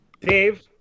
Dave